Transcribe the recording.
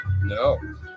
no